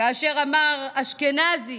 כאשר אמר: "אשכנזי?